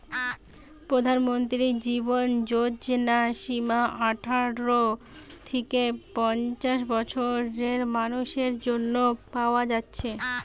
প্রধানমন্ত্রী জীবন যোজনা বীমা আঠারো থিকে পঞ্চাশ বছরের মানুসের জন্যে পায়া যাচ্ছে